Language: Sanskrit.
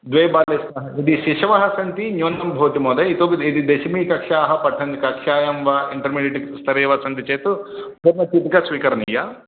द्वे बाले स्तः यदि शिशवः सन्ति न्यूनं भवति महोदय इतोपि यदि दशमीकक्षाः पठन् कक्षायां वा इण्टर्मीडियेट् स्तरे वा सन्ति चेत् चीटिका स्वीकरणीया